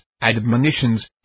admonitions